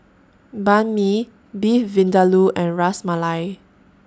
Banh MI Beef Vindaloo and Ras Malai